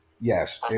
Yes